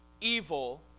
evil